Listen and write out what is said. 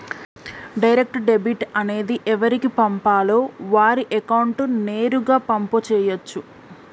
direct debit అనేది ఎవరికి పంపాలో వారి అకౌంట్ నేరుగా పంపు చేయచ్చు